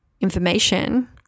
information